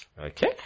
Okay